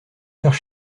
faire